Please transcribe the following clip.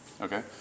okay